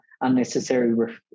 unnecessary